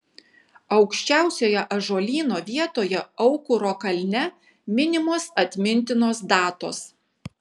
aukščiausioje ąžuolyno vietoje aukuro kalne minimos atmintinos datos